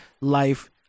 life